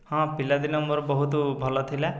ହଁ ପିଲାଦିନ ମୋର ବହୁତ ଭଲ ଥିଲା